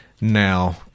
Now